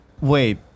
Wait